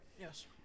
Yes